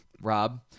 Rob